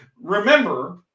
remember